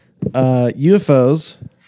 UFOs